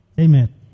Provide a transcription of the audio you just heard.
Amen